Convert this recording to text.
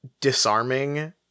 disarming